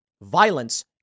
Violence